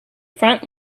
front